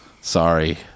Sorry